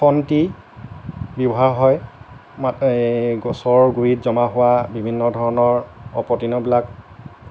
খন্তি ব্যৱহাৰ হয় এই গছৰ গুৰিত জমা হোৱা বিভিন্ন ধৰণৰ অপতৃণবিলাক